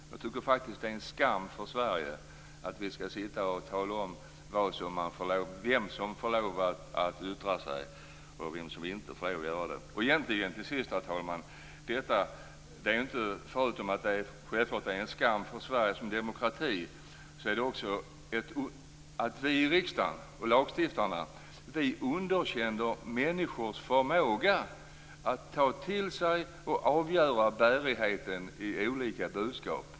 Jag tycker faktiskt att det är en skam för Sverige att vi skall sitta här och tala om vem som får lov att yttra sig och vem som inte får göra det. Herr talman! Förutom att detta självfallet är en skam för Sverige som demokrati, är det ett underkännande från oss i riksdagen och lagstiftarna av människors förmåga att ta till sig och avgöra bärigheten i olika budskap.